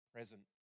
present